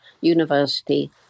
university